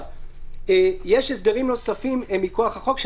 יש הסדרים נוספים מכוח החוק,